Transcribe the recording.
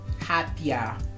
happier